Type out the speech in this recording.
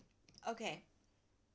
okay